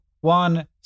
one